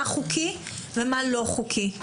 מה חוקי ומה לא חוקי.